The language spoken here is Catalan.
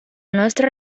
nostra